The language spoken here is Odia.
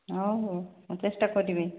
ହଉ ହଉ ମୁଁ ଚେଷ୍ଟା କରିବି